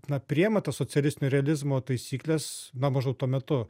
na priima to socialistinio realizmo taisykles na maždaug tuo metu